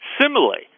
Similarly